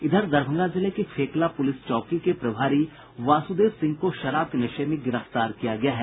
इधर दरभंगा जिले के फेकला पुलिस चौकी के प्रभारी वासुदेव सिंह को शराब के नशे में गिरफ्तार किया गया है